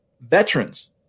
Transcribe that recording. veterans